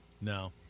No